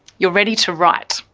you're ready to write.